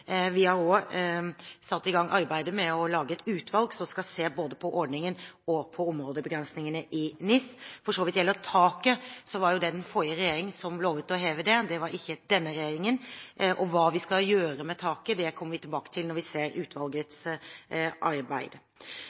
Vi har også satt i gang arbeidet med å lage et utvalg som skal se både på ordningen og på områdebegrensningene i NIS. Når det gjelder taket, var det den forrige regjeringen som lovet å heve det; det var ikke denne regjeringen. Hva vi skal gjøre med taket, kommer vi tilbake til når vi ser utvalgets arbeid.